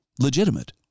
legitimate